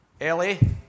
Ellie